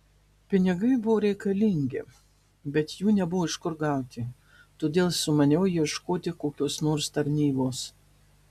pinigai buvo reikalingi bet jų nebuvo iš kur gauti todėl sumaniau ieškoti kokios nors tarnybos